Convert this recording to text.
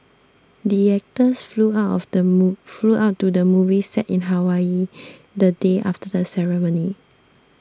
the actors flew out of the move flew out to the movie set in Hawaii the day after the ceremony